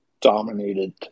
dominated